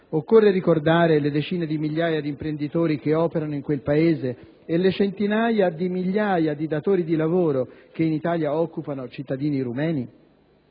Occorre ricordare le decine di migliaia di imprenditori che operano in quel Paese e le centinaia di migliaia di datori di lavoro che in Italia occupano cittadini rumeni?